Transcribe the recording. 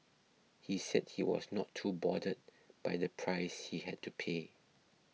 he said he was not too bothered by the price he had to pay